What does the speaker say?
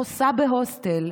חוסה בהוסטל,